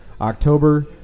October